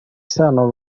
isano